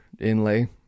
inlay